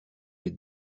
est